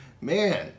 Man